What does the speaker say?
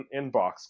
inbox